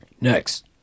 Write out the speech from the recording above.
Next